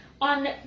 on